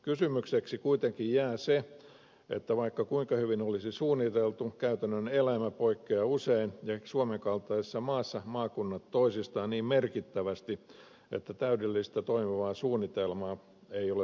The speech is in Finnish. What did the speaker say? kysymykseksi kuitenkin jää se että vaikka kuinka hyvin olisi suunniteltu käytännön elämä on usein erilaista eri paikoissa ja suomen kaltaisessa maassa maakunnat poikkeavat toisistaan niin merkittävästi että täydellistä toimivaa suunnitelmaa ei ole mahdollista tehdä